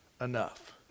enough